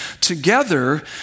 together